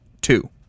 two